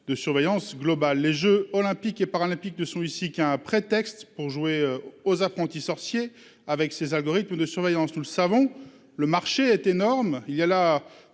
de surveillance globale. Les jeux Olympiques et Paralympiques ne sont ici qu'un prétexte pour jouer aux apprentis sorciers avec ces algorithmes de surveillance. Nous savons à quel point le marché est énorme.